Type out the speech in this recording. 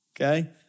okay